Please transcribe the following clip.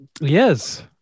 Yes